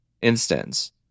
instance